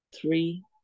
three